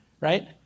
right